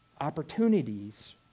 opportunities